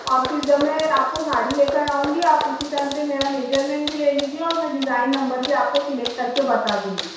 اور پھر جب میں آپ کو ساڑی لے کر آؤں گی آپ اُسی ٹائم پہ میرا میجرمنٹ بھی لے لیجیے اور میں ڈیزائن نمبر بھی آپ کو سلیکٹ کر کے بتا دوں گی